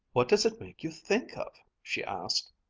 what does it make you think of? she asked.